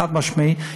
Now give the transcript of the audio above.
חד-משמעית.